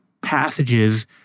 passages